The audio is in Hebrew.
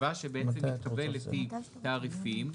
התיבה שבעצם מתקבלת היא תעריפים.